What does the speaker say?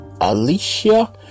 Alicia